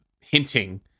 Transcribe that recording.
hinting